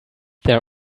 their